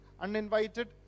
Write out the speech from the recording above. uninvited